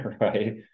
right